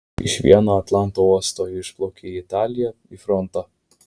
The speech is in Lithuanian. iš vieno atlanto uosto išplaukia į italiją į frontą